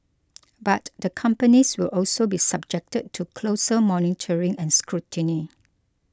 but the companies will also be subjected to closer monitoring and scrutiny